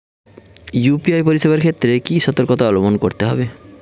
UPI পরিসেবার ক্ষেত্রে কি সতর্কতা অবলম্বন করতে হবে?